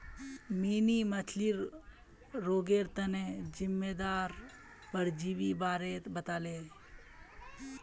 mini मछ्लीर रोगेर तना जिम्मेदार परजीवीर बारे बताले